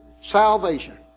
salvation